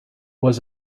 was